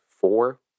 four